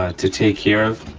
ah to take care of.